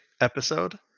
episode